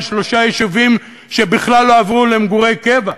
שלושה יישובים שבכלל לא עברו למגורי קבע: